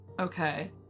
Okay